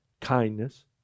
kindness